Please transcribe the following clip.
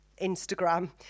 Instagram